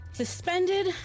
suspended